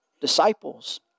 disciples